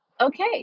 okay